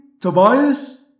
Tobias